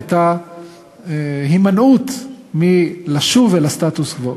הייתה הימנעות מלשוב לסטטוס-קוו.